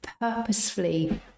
purposefully